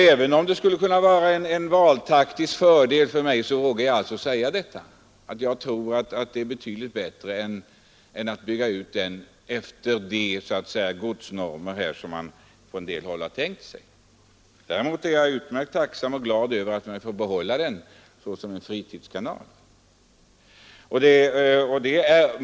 Även om det skulle kunna vara en valtaktisk fördel för mig att inte säga detta tror jag att det är betydligt bättre att satsa på dessa vägar än att bygga ut kanalen efter de godsnormer som man på en del håll har tänkt sig. Däremot är jag mycket tacksam och glad över att man får behålla leden såsom en fritidskanal.